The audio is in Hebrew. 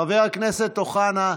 חבר הכנסת אוחנה,